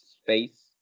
space